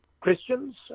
Christians